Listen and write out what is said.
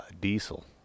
diesel